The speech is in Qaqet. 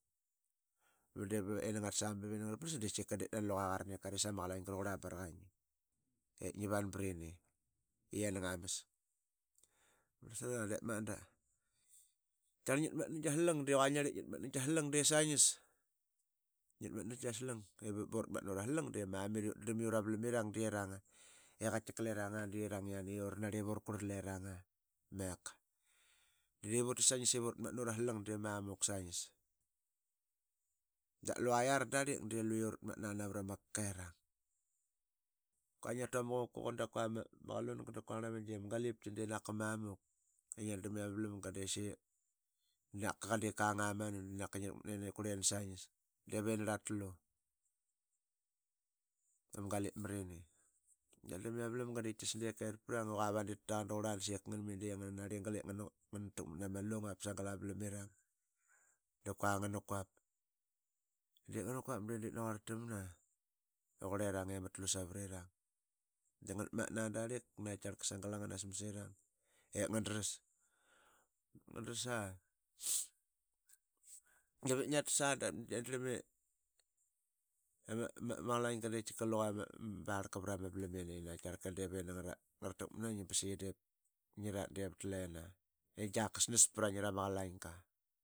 Varlsara diip magat da kiaqarl ngit matna gia slang de qua ngi narlip ngitmatna gia slang de saingis ngitmatna gia slang i vip ba utnarlip ura slang de mamit i ut darlam i ura valam irang de iranga i qaitikaileranga de irang yiane i uranarlip ura qurl lerang aa meka. Da diip utis saingis ip ura matna ura slang di mamit saingis da lua yiara darlik de lue uratmarna navra ma kakirang. Qua ngia tu ama qokoqa dap qua ma. ma qlumga dap quarl ama galipki de naka mamuk i ngia darlam i ama valamga de sa naka qang amanu da naka ngi rakmat nini qurli ni saings ivini ngarl aa tlu ama galip marani. Ngiat drlam i qaitkas ama valamga de diip ketparang i qua va diip ta taqan daqurla da siia ngan mi de ngana narligal ip nganaq ngana rakmat nama lungap sagal ama valam irang. dap qua ngnaquap. Diip ngana quap de diip naquarttamna i qurl i rang i ama tlu savarirang nganmatna darlik naqaitkiaqarka sagel aa ngana sma i rong i ngan dras aa Davip ngia tas aa dap ngia drlam i ama ma qalainga de naqaitkaaqarlka de luqe tika ma ma barlka vra ma valam ini naqaitkiaqarl div ini ngara. ngara takmat na ngi ba sa qi diip ngi rat de vat lena i giaka snas pra ngi rama qalainga.